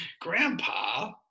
Grandpa